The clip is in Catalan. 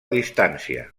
distància